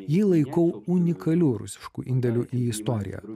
jį laikau unikaliu rusišku indėliu į istoriją